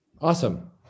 Awesome